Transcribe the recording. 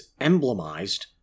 emblemized